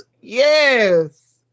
Yes